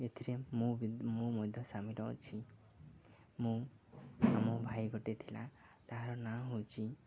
ଏଥିରେ ମୁଁ ମୁଁ ମଧ୍ୟ ସାମିଲ ଅଛି ମୁଁ ଆମ ଭାଇ ଗୋଟେ ଥିଲା ତାହାର ନାଁ ହେଉଛି